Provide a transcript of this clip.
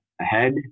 ahead